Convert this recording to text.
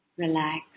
Relax